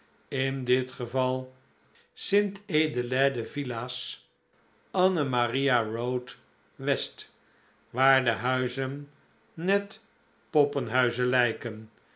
in dit geval st adelaide villa's anna maria road west waar de huizen net poppenhuizen lijken